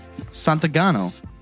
Santagano